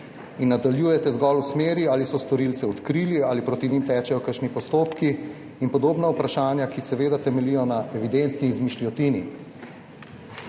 in nadaljujete zgolj v smeri, ali so storilce odkrili, ali proti njim tečejo kakšni postopki in podobna vprašanja, ki seveda temeljijo na evidentni izmišljotini.